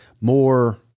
more